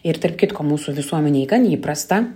ir tarp kitko mūsų visuomenėj gan įprasta